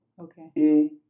Okay